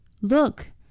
Look